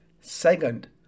Second